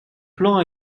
plan